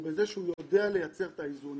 הוא בזה שהוא יודע לייצר את האיזונים